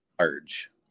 large